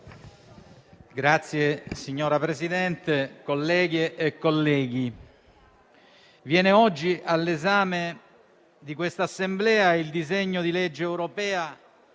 2169*. Signor Presidente, colleghe e colleghi, viene oggi all'esame di questa Assemblea il disegno di legge europea